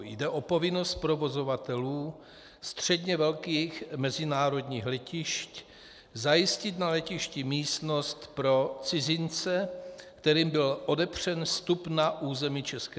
Jde o povinnost provozovatelů středně velkých mezinárodních letišť zajistit na letišti místnost pro cizince, kterým byl odepřen vstup na území ČR.